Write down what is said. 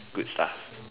good stuff